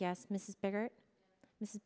yes mrs biggert this is